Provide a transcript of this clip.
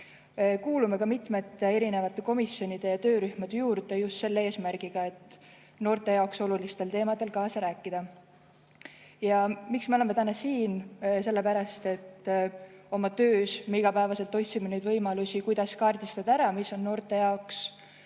Kuulume mitmete komisjonide ja töörühmade juurde just selle eesmärgiga, et noorte jaoks olulistel teemadel kaasa rääkida. Miks me oleme täna siin? Sellepärast, et oma töös me igapäevaselt otsime neid võimalusi, kuidas kaardistada ära, mis on noorte jaoks